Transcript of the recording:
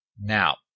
Now